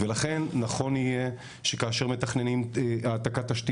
לכן נכון יהיה שכאשר מתכננים העתקת תשתית